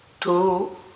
two